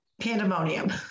pandemonium